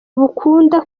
bukunda